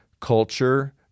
culture